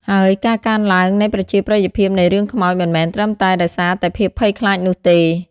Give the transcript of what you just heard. ហើយការកើនឡើងនៃប្រជាប្រិយភាពនៃរឿងខ្មោចមិនមែនត្រឹមតែដោយសារតែភាពភ័យខ្លាចនោះទេ។